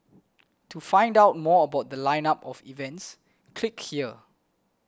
to find out more about The Line up of events click here